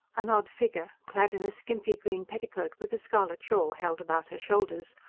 an odd figure, clad in a skimpy green petticoat, with a scarlet shawl held about her shoulders,